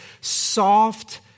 soft